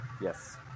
Yes